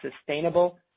sustainable